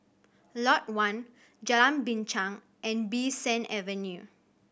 Lot One Jalan Binchang and Bee San Avenue